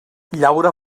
llaurar